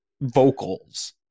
vocals